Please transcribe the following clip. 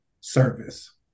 service